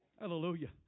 Hallelujah